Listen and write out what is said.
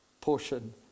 portion